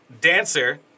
Dancer